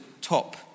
top